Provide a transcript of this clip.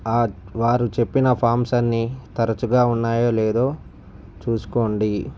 వారు చెప్పిన ఫార్మ్స్ అన్నీ తరచుగా ఉన్నాయో లేదో చూసుకోండి